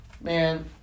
Man